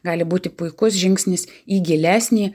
gali būti puikus žingsnis į gilesnį